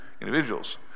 individuals